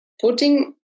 putting